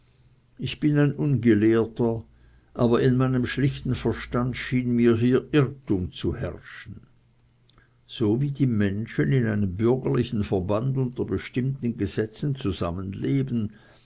ich bin ein ungelehrter aber in meinem schlichten verstand schien mir hier irrtum zu herrschen so wie die menschen in einem bürgerlichen verband unter bestimmten gesetzen